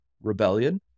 Rebellion